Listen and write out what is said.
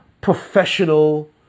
professional